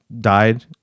died